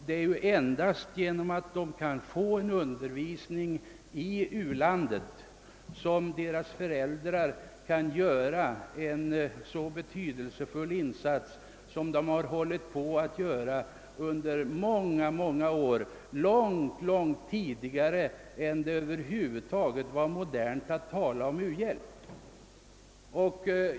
Om missionärsbarnen får undervisning i u-landet kan deras föräldrar på ett bättre sätt göra de betydelsefulla insatser de redan gjort under många år och började göra långt innan det blev modernt att över huvud tala om u-hjälp.